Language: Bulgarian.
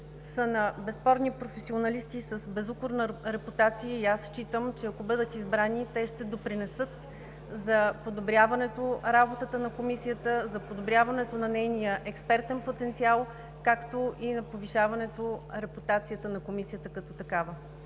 са на безспорни професионалисти с безупречна репутация и аз считам, че ако бъдат избрани, те ще допринесат за подобряване работата на Комисията, за подобряването на нейния експертен потенциал, както и за повишаване репутацията на Комисията, като такава.